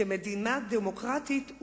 כמדינה דמוקרטית,